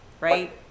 right